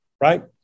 right